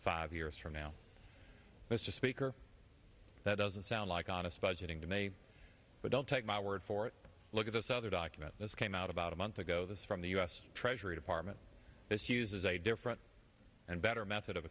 five years from now mr speaker that doesn't sound like honest budgeting to me but don't take my word for it look at this other document this came out about a month ago this from the us treasury department this uses a different and better method of